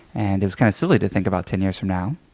and it was kind of silly to think about ten years from now,